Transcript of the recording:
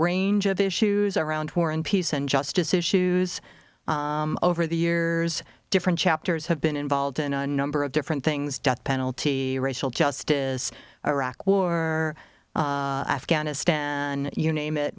range of issues around war and peace and justice issues over the years different chapters have been involved in a number of different things death penalty racial justice iraq war afghanistan you name it